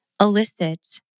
elicit